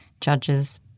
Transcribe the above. judges